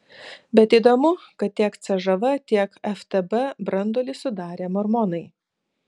bet įdomu kad tiek cžv tiek ftb branduolį sudarė mormonai